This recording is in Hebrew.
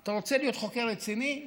אתה רוצה להיות חוקר רציני,